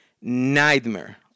nightmare